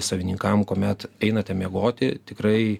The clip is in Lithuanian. savininkam kuomet einate miegoti tikrai